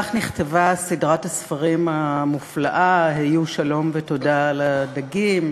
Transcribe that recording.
וכך נכתבה סדרת הספרים המופלאה: "היו שלום ותודה על הדגים",